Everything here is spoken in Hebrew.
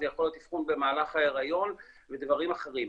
זה יכול להיות אבחון במהלך ההיריון ודברים אחרים.